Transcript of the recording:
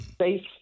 safe